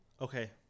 Okay